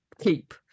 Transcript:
keep